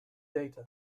data